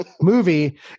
movie